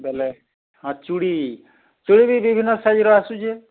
ବୋଲେ ହଁ ଚୁଡ଼ି ଚୁଡ଼ିବି ବିଭିନ୍ନ ସାଇଜର ଆସୁଚି